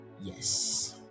Yes